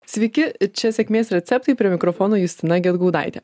sveiki čia sėkmės receptai prie mikrofono justina gedgaudaitė